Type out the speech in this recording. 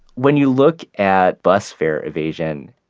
when you look at bus fare evasion,